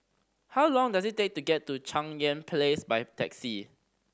how long does it take to get to Cheng Yan Place by taxi